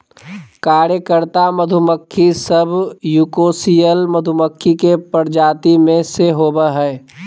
कार्यकर्ता मधुमक्खी सब यूकोसियल मधुमक्खी के प्रजाति में से होबा हइ